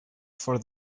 for